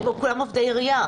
הם כולם עובדי בעירייה,